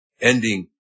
ending